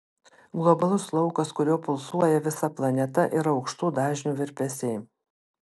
globalus laukas kuriuo pulsuoja visa planeta yra aukštų dažnių virpesiai